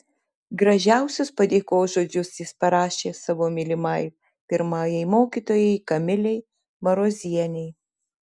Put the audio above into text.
gražiausius padėkos žodžius jis parašė savo mylimai pirmajai mokytojai kamilei marozienei